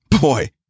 Boy